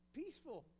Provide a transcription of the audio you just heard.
peaceful